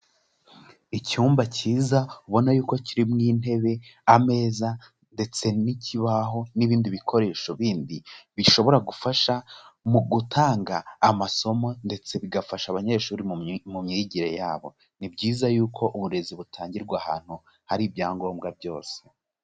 Icyumba cyiza ubona y'uko kirimo intebe, ameza ndetse n'ikibaho n'ibindi bikoresho bindi bishobora gufasha mu gutanga amasomo ndetse bigafasha abanyeshuri mu myigire yabo, ni byiza y'uko uburezi butangirwa ahantu hari ibyangombwa byose.